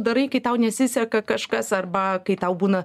darai kai tau nesiseka kažkas arba kai tau būna